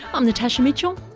i'm natasha mitchell,